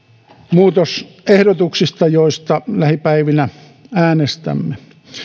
muutosehdotuksista joista lähipäivinä äänestämme